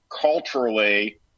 culturally